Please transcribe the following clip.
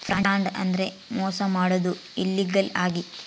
fraud ಅಂದ್ರೆ ಮೋಸ ಮಾಡೋದು ಇಲ್ಲೀಗಲ್ ಆಗಿ